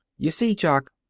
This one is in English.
you see, jock,